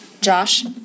Josh